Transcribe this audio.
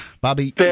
Bobby